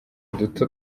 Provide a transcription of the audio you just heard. duto